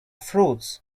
fruits